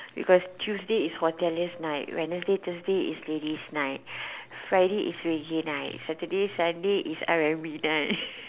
because Tuesday is hotelier's night Wednesday Thursday is ladies night Friday is night Saturday Sunday is R_and_B night